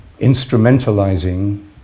instrumentalizing